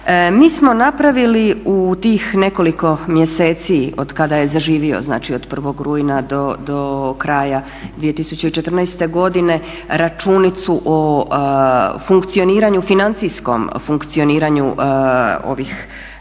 Mi smo napravili u tih nekoliko mjeseci otkad je zaživio, znači od 1. rujna do kraja 2014. godine, računicu o funkcioniranju, financijskom funkcioniranju ovih